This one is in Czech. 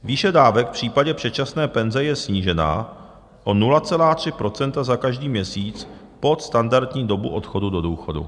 Výše dávek v případě předčasné penze je snížena o 0,3 % za každý měsíc pod standardní dobu odchodu do důchodu.